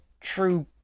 true